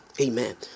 Amen